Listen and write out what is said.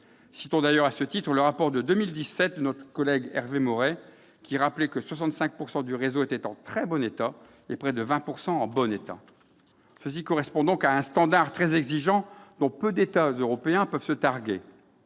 Citons à ce titre le rapport remis en 2017 par notre collègue Hervé Maurey, qui rappelait que 65 % du réseau était en très bon état, et près de 20 % en bon état. Cela correspond à un standard très exigeant dont peu d'États européens peuvent se targuer.